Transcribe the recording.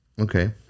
Okay